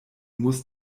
musst